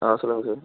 ஆ சொல்லுங்கள் சார்